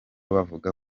bavuga